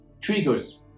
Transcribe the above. triggers